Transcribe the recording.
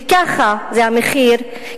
וככה זה המחיר,